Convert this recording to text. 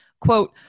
quote